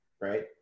right